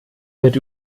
wird